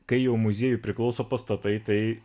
kai jau muziejui priklauso pastatai tai